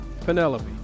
Penelope